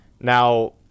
now